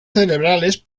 cerebrales